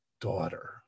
daughter